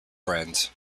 friends